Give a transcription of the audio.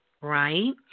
right